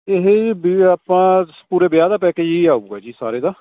ਇਹ ਵੀ ਆਪਾਂ ਪੂਰੇ ਵਿਆਹ ਦਾ ਪੈਕੇਜ ਹੀ ਆਊਗਾ ਜੀ ਸਾਰੇ ਦਾ